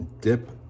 dip